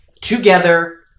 together